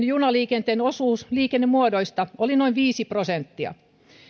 junaliikenteen osuus liikennemuodoista oli noin viisi prosenttia